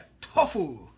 tofu